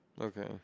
Okay